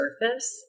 surface